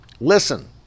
listen